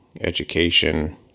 education